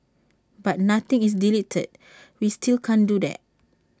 but nothing is deleted we still can't do that